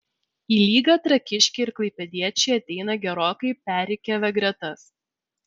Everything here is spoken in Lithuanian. į lygą trakiškiai ir klaipėdiečiai ateina gerokai perrikiavę gretas